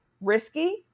Risky